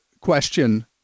question